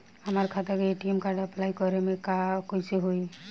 हमार खाता के ए.टी.एम कार्ड अप्लाई करे के बा कैसे होई?